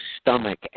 stomach